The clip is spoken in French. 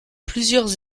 plusieurs